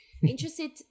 interested